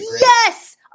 Yes